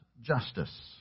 justice